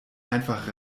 einfach